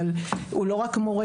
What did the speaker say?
אבל הוא לא רק מורה.